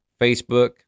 Facebook